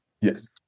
Yes